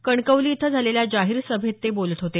कणकवली इथं झालेल्या जाहीर सभेत ते बोलत होते